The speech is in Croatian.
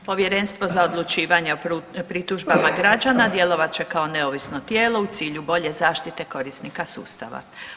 Povjerenstvo za odlučivanje o pritužbama građana djelovat će kao neovisno tijelo u cilju bolje zaštite korisnika sustava.